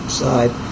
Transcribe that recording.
side